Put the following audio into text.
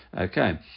Okay